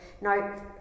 Now